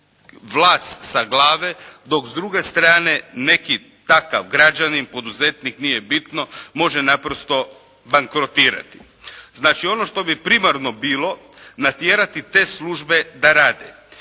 vlas sa glave. Dok s druge strane neki takav građanin, poduzetnik nije bitno, može naprosto bankrotirati. Znači ono što bi primarno bilo natjerati te službe da rade.